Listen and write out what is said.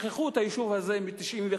שכחו את היישוב הזה מ-1995.